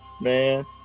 Man